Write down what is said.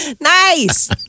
Nice